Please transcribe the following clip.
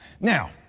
Now